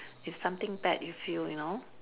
if something bad you feel you know